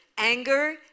Anger